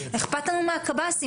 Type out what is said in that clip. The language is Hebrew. אכפת לנו מהקב"סים.